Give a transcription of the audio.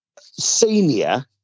senior